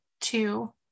two